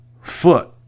foot